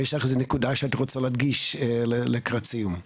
יש לך נקודה אם תרצי להדגיש לקראת סיום.